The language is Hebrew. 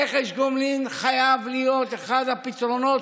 רכש גומלין חייב להיות אחד הפתרונות,